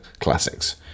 classics